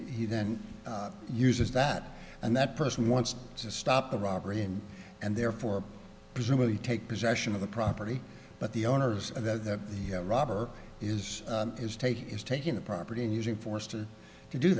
he then uses that and that person wants to stop the robbery and and therefore presumably take possession of the property but the owners of the robber is is taking is taking the property and using force to do